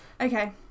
Okay